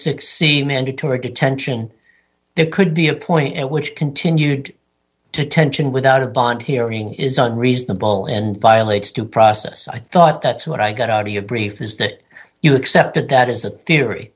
c mandatory detention there could be a point at which continued tension without a bond hearing is unreasonable and violates due process i thought that's what i got out of your brief is that you accept that that is the theory